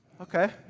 okay